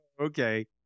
Okay